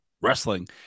wrestling